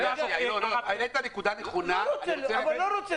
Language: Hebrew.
העלית נקודה נכונה -- אני לא רוצה.